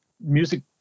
music